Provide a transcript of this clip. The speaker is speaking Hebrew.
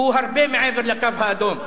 הוא הרבה מעבר לקו האדום.